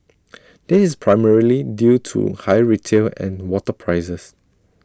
this is primarily due to higher retail and water prices